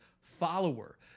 follower